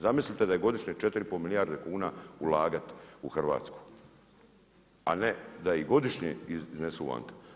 Zamislite da je godišnje 4,5 milijardi kuna ulagati u Hrvatsku, a ne da godišnje iznesu vanka?